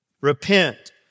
Repent